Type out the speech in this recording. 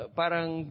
parang